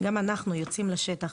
גם אנחנו יוצאים לשטח,